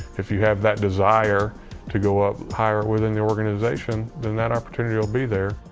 if you have that desire to go up higher within the organization, then that opportunity will be there.